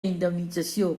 indemnització